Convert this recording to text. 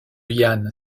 yan